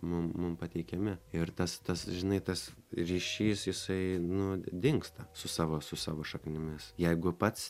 mum mum pateikiami ir tas tas žinai tas ryšys jisai nu dingsta su savo su savo šaknimis jeigu pats